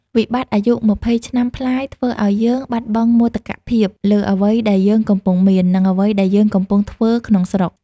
វិបត្តិអាយុ២០ឆ្នាំប្លាយធ្វើឱ្យយើងបាត់បង់មោទកភាពលើអ្វីដែលយើងកំពុងមាន និងអ្វីដែលយើងកំពុងធ្វើក្នុងស្រុក។